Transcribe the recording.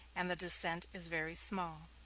and the descent is very small.